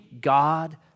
God